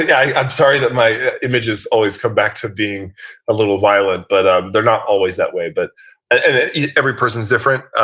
yeah yeah i'm sorry that my images always come back to being a little violent, but ah they're not always that way. but and every person is different.